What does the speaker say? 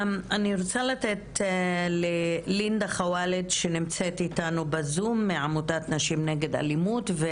אני רוצה לתת ללינדה חואלד מעמותת נשים נגד אלימות לדבר,